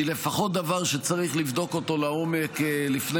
היא לפחות דבר שצריך לבדוק אותו לעומק לפני